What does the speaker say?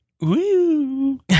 Woo